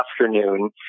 afternoon